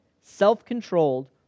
self-controlled